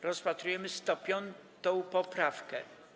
Rozpatrujemy 105. poprawkę.